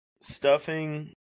stuffing